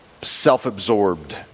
self-absorbed